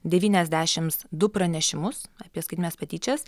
devyniasdešimt du pranešimus apie skaitmenines patyčias